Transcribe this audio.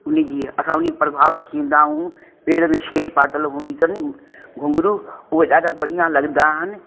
हुनजी असां हुन प्रभावित थी वेंदा ऐं पेर में छेर पातल हूंदी अथनि घूंघरूं उहे ॾाढा बढ़िया लॻंदा आहिनि